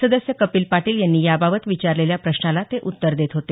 सदस्य कपिल पाटील यांनी याबाबत विचारलेल्या प्रश्नाला ते उत्तर देत होते